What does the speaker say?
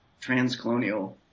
transcolonial